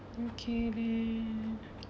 okay then